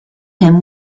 him